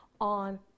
on